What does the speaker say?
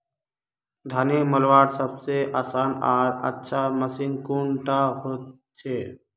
धानेर मलवार सबसे आसान आर अच्छा मशीन कुन डा होचए?